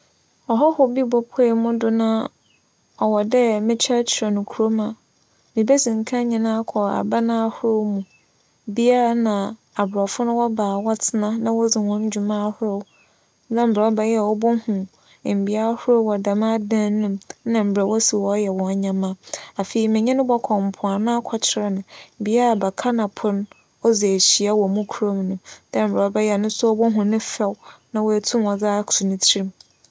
ͻhͻho bi bopue mo do na ͻwͻ dɛ mekyerɛkyerɛ no kurow mu a, mebedzi kan nye no akͻ aban ahorow mu, bea nna aborͻfo no wͻba a wͻtsena na wodzi hͻn dwuma ahorow, na mbrɛ ͻbɛyɛ a obohu mbea ahorow wͻ dɛm adan no mu nna mbrɛ wosi yɛ hͻn ndzɛmba. Afei, menye no bͻkͻ mpoano akɛkyerɛ no bea a baka na po wodzi ehyia wͻ mo kurow mu dɛ mbrɛ ͻbɛyɛ a no so obohu ne fɛw na oetum dze ato ne tsir mu.